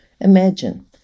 Imagine